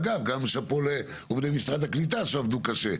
ואגב, שאפו גם לעובדי משרד הקליטה שעבדו קשה.